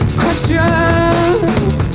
questions